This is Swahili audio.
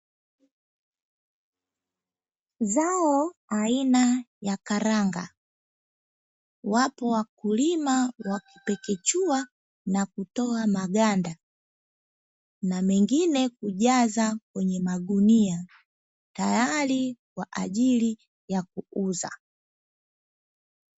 Zao aina ya karanga wapo wakulima wakipekechua, nakutoa maganda na mengine kujaza kwenye magunia tayari kwa ajili ya kuuza.